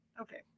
Okay